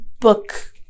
book